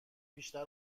بیشتر